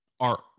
Art